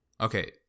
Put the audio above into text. okay